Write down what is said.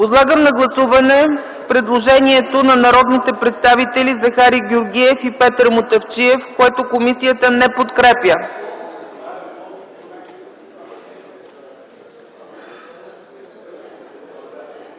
Подлагам на прегласуване предложението на народните представители Захари Георгиев и Петър Мутафчиев, което комисията не подкрепя.